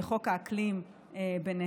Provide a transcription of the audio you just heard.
וחוק האקלים ביניהם,